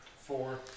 four